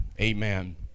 Amen